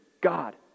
God